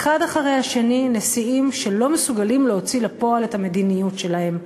האחד אחרי השני נשיאים שלא מסוגלים להוציא לפועל את המדיניות שלהם,